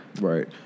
Right